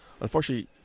Unfortunately